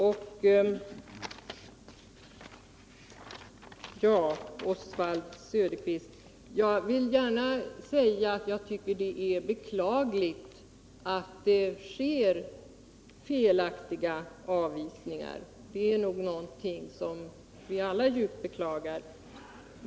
Oswald Söderqvist! Jag vill gärna säga att jag tycker det är beklagligt att det sker felaktiga avvisningar, det är nog något vi alla djupt beklagar.